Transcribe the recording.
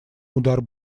удар